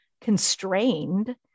constrained